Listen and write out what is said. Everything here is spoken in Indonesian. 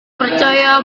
percaya